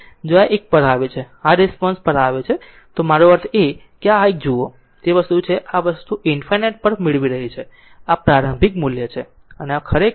જો આ એક પર આવે છે જો આ રિસ્પોન્સ પર આ આવે છે તો મારો અર્થ છે કે આ એક આ જુઓ આ તે છે જે આ વસ્તુ ∞ પર મેળવી રહી છે અને આ પ્રારંભિક મૂલ્ય છે